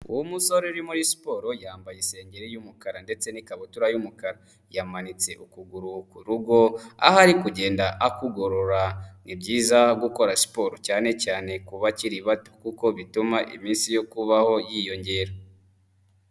Umusore uri muri siporo yambaye isengeri y'umukara ndetse n'ikabutura y'umukara, yamanitse ukuguru ku rugo, aho ari kugenda akugorora, ni byiza gukora siporo cyane cyane ku bakiri bato, kuko bituma iminsi yo kubaho yiyongera.